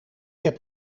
heb